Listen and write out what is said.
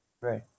Right